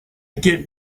get